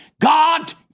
God